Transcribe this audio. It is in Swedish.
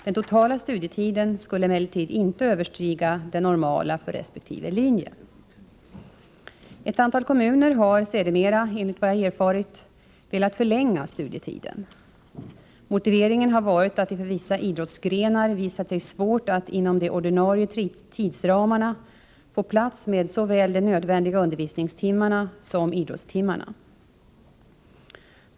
Den totala studietiden skulle emellertid inte överstiga den normala för resp. linje. Ett antal kommuner har sedermera, enligt vad jag erfarit, velat förlänga studietiden. Motiveringen har varit att det för vissa idrottsgrenar visat sig svårt att inom de ordinarie tidsramarna få plats med såväl de nödvändiga undervisningstimmarna som idrottstimmarna.